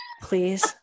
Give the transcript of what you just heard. Please